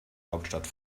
hauptstadt